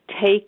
take